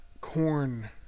corn